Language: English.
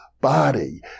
body